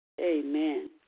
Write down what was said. Amen